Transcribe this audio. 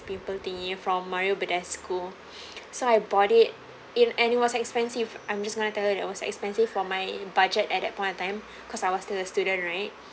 pimple thingy from Mario Badescu so I bought it in and it was expensive I'm just gonna tell you that was expensive for my budget at that point of time cause I was to the student right